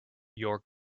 your